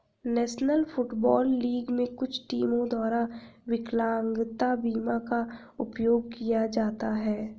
national Football League में कुछ टीमों द्वारा विकलांगता बीमा का उपयोग किया जाता है